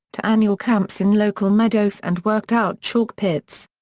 to annual camps in local meadows and worked-out chalk pits.